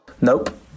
Nope